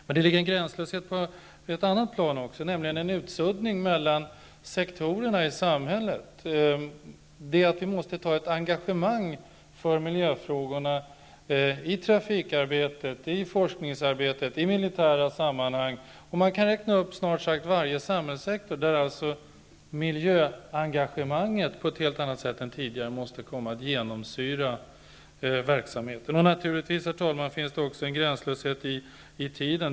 Det finns även en gränslöshet på ett annat plan, nämligen utsuddningen mellan sektorerna i samhället. Vi måste ta ett engagemang för miljöfrågorna i trafikarbetet, i forskningsarbetet och i militära sammanhang. Man kan räkna upp snart sagt varje samhällssektor och påvisa att miljöengagemanget på ett helt annat sätt än tidigare måste komma att genomsyra verksamheten. Naturligtvis, herr talman, finns det också en gränslöshet i tiden.